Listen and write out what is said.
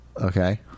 Okay